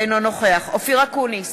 אינו נוכח אופיר אקוניס,